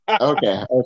okay